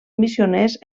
missioners